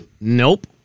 Nope